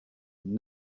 and